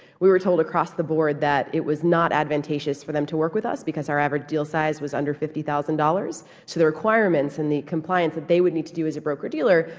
we were told across the board that it was not advantageous for them to work with us because our average deal size was under fifty thousand dollars. so the requirements in the compliance that they would need to do as a broker dealer,